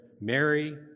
Mary